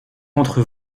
contre